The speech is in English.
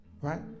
Right